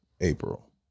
April